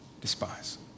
despise